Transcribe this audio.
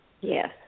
Yes